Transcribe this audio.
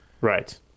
right